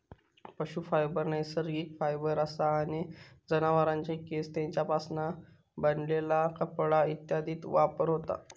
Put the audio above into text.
पशू फायबर नैसर्गिक फायबर असा आणि जनावरांचे केस, तेंच्यापासून बनलेला कपडा इत्यादीत वापर होता